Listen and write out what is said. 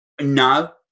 no